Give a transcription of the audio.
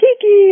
Kiki